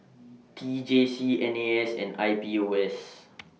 T J C N A S and I P O S